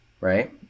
right